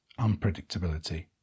unpredictability